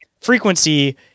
frequency